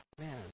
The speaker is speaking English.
man